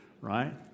right